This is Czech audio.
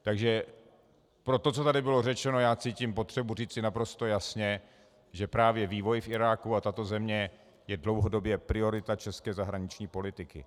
Takže pro to, co tady bylo řečeno, já cítím potřebu říci naprosto jasně, že právě vývoj v Iráku a tato země je dlouhodobě priorita české zahraniční politiky.